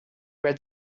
red